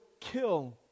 kill